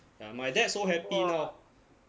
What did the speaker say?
ya my dad so happy now